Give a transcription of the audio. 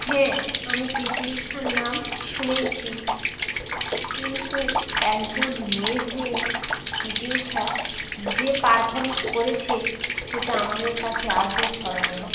হ্যাঁ আমি পিটি ঊষার নাম শুনেছি কিন্তু একজন মেয়ে হয়ে পিটি ঊষা যে পারফর্মস করেছে সেটা আমাদের কাছে আজও স্মরণীয়